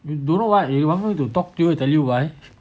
you don't know why you want me to talk to you I tell you why